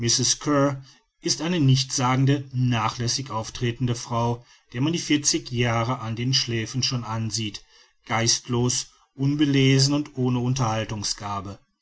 ist eine nichtssagende nachlässig auftretende frau der man die vierzig jahre an den schläfen schon ansieht geistlos unbelesen und ohne unterhaltungsgabe